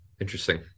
interesting